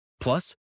Plus